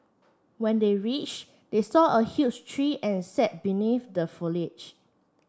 when they reached they saw a huge tree and sat beneath the foliage